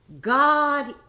God